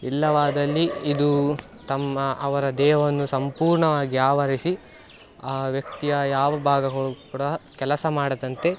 ಇಲ್ಲವಾದಲ್ಲಿ ಇದು ತಮ್ಮ ಅವರ ದೇಹವನ್ನು ಸಂಪೂರ್ಣವಾಗಿ ಆವರಿಸಿ ಆ ವ್ಯಕ್ತಿಯ ಯಾವ ಭಾಗಗಳು ಕೂಡ ಕೆಲಸ ಮಾಡದಂತೆ